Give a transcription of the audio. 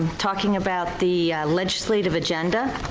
talking about the legislative agenda.